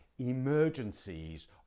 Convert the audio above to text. Emergencies